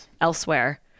elsewhere